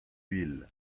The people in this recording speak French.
mille